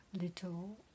little